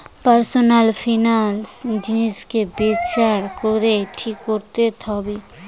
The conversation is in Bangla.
পার্সনাল ফিনান্স নিজেকে বিচার করে ঠিক কোরতে হবে